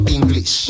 English